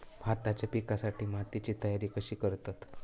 भाताच्या पिकासाठी मातीची तयारी कशी करतत?